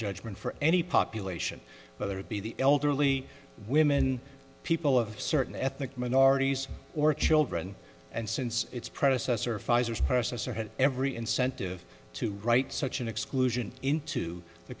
judgement for any population whether it be the elderly women people of certain ethnic minorities or children and since its predecessor pfizer's person has every incentive to write such an exclusion into the